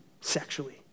sexually